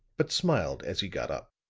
but smiled as he got up.